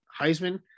Heisman